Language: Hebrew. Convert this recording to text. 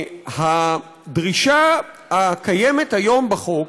הדרישה הקיימת היום בחוק,